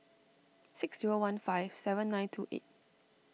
six zero one five seven nine two eight